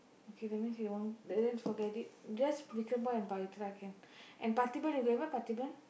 okay that means he that means forget it just Vikram boy and Pavithra can and Parthiban you can remember Parthiban